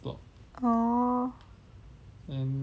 orh